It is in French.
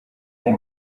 huit